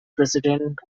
president